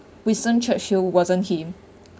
winston churchill wasn't him